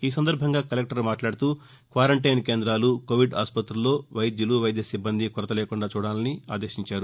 ఈ సందర్భంగా కలెక్టర్ మాట్లాడుతూ క్వారంటైన్ కేంద్రాలు కొవిడ్ ఆసుపత్రుల్లో వైద్యులు వైద్య సిబ్బంది కొరత లేకుండా చూడాలని ఆదేశించారు